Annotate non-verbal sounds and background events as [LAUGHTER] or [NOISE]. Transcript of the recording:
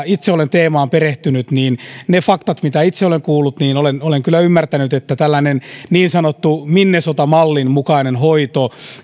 [UNINTELLIGIBLE] itse olen teemaan perehtynyt ja niistä faktoista mitä itse olen kuullut olen olen kyllä ymmärtänyt että tällainen niin sanottu minnesota mallin mukainen hoito